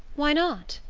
why not?